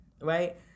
right